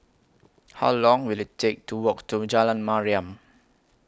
How Long Will IT Take to Walk to Jalan Mariam